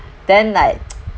then like